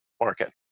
market